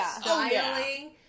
styling